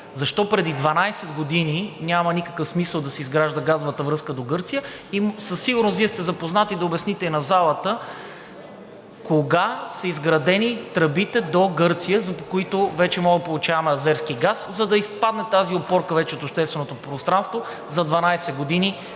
защо преди 12 години е нямало никакъв смисъл да се изгражда газовата връзка до Гърция. Със сигурност Вие сте запознат, да обясните и на залата – кога са изградени тръбите до Гърция, по които можем вече да получаваме азерски газ, за да изпадне тази опорка вече от общественото пространство за 12 години